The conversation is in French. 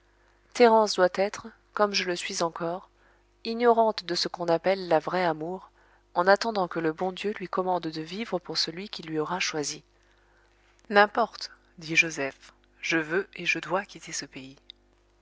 thérence doit être comme je le suis encore ignorante de ce qu'on appelle la vraie amour en attendant que le bon dieu lui commande de vivre pour celui qu'il lui aura choisi n'importe dit joseph je veux et je dois quitter ce pays